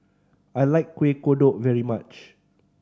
I like Kuih Kodok very much